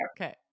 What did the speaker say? Okay